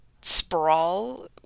sprawl